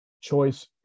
Choice